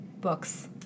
books